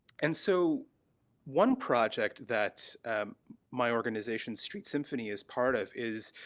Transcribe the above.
and so one project that my organization street symphony is part of is,